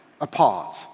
apart